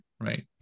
right